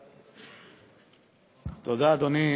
תודה, אדוני.